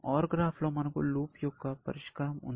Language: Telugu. OR గ్రాఫ్లో మనకు లూప్ యొక్క పరిష్కారం ఉంది